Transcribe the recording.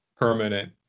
permanent